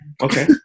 okay